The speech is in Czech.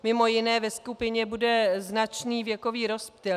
Mimo jiné ve skupině bude značný věkový rozptyl.